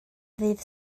ddydd